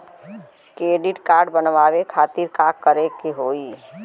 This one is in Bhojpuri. क्रेडिट कार्ड बनवावे खातिर का करे के होई?